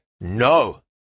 no